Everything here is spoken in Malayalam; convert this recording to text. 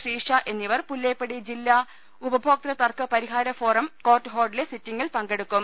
ശ്രീഷ എന്നിവർ പുല്ലേപ്പടി ജില്ലാ ഉപഭോക്തൃ തർക്ക പരിഹാര ട ഫോറം കോർട്ട് ഹാളിലെ സിറ്റിംഗിൽ പങ്കെടുക്കും